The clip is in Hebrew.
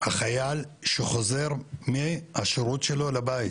החייל שחוזר מהשירות שלו לבית,